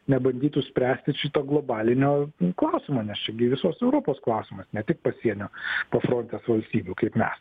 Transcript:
nebandytų spręsti šito globalinio klausimo nes čia gi visos europos klausimas ne tik pasienio pafrontės valstybių kaip mes